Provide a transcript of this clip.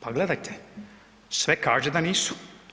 Pa gledajte, sve kaže da nisu.